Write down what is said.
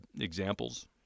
examples